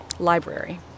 library